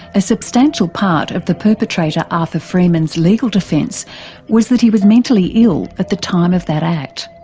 a substantial part of the perpetrator arthur freeman's legal defence was that he was mentally ill at the time of that act.